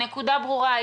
אוקיי, הנקודה ברורה.